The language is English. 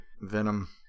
Venom